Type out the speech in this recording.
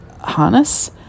harness